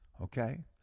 Okay